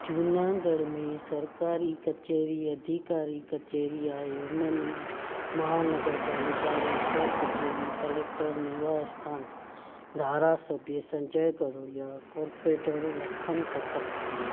जूनागढ़ में सरकारी कचहरी अधिकारी कचहरी आहे हुनमें महानगरपालिका रोज़गारु कचहरी कलेक्टर निवास स्थान धारा सबिए संजय करोलिया कोर्पोरेटर लखन कटक